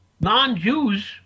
non-Jews